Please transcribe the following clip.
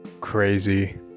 crazy